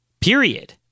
period